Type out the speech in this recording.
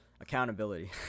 accountability